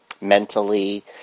mentally